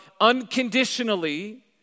unconditionally